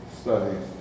studies